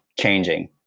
changing